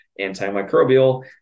antimicrobial